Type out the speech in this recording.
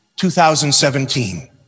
2017